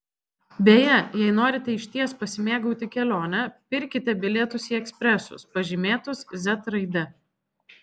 beje jei norite išties pasimėgauti kelione pirkite bilietus į ekspresus pažymėtus z raide